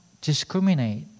discriminate